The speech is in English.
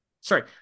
sorry